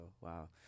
wow